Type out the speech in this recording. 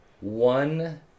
one